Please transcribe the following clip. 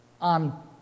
on